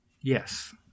Yes